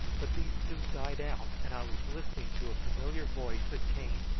but these soon died out, and i was listening to a familiar voice that came,